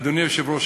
אדוני היושב-ראש,